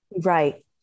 Right